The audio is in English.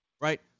right